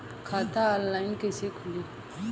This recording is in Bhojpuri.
खाता ऑनलाइन कइसे खुली?